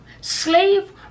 slave